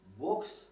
books